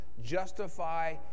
justify